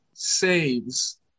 saves